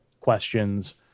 questions